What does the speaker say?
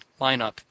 lineup